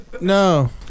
No